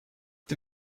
это